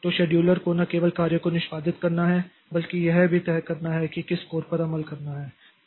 तो शेड्यूलर को न केवल कार्य को निष्पादित करना है बल्कि यह तय भी करना है कि किस कोर पर अमल करना है